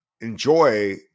enjoy